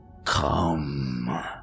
Come